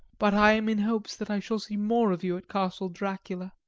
but i am in hopes that i shall see more of you at castle dracula.